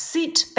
Seat